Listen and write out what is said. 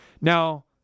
Now